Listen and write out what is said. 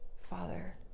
father